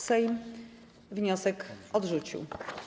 Sejm wniosek odrzucił.